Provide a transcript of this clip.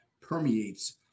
permeates